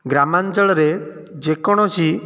ଗ୍ରାମାଞ୍ଚଳରେ ଯେକୌଣସି